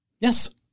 Yes